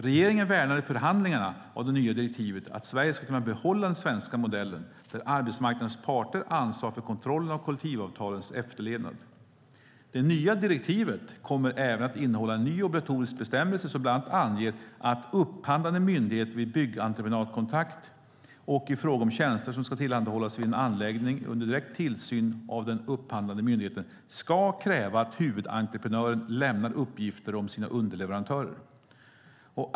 Regeringen värnade i förhandlingarna av det nya direktivet att Sverige ska kunna behålla den svenska modellen där arbetsmarknadens parter ansvarar för kontrollen av kollektivavtalens efterlevnad. Det nya direktivet kommer även att innehålla en ny obligatorisk bestämmelse som bland annat anger att upphandlande myndigheter vid byggentreprenadkontakt och i fråga om tjänster som ska tillhandahållas vid en anläggning under direkt tillsyn av den upphandlande myndigheten ska kräva att huvudentreprenören lämnar uppgifter om sina underleverantörer.